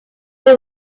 deal